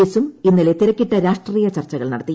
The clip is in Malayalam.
എസും ഇന്നലെ തിരക്കിട്ട രാഷ്ട്രീയ ചർച്ചകൾ നടത്തി